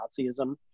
Nazism